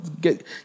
get